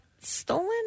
stolen